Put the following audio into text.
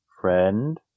friend